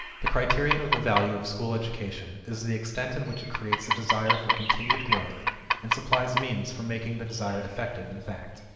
the criterion of the value of school education is the extent in which it creates a desire for continued growth and supplies means for making the desire effective in fact.